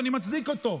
ואני מצדיק אותו.